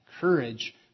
courage